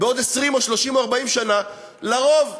בעוד 20, 30 או 40 שנה, לרוב.